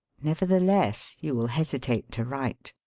nevertheless you will hesi tate to write.